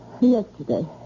Yesterday